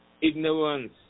ignorance